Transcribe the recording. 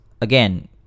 again